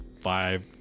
five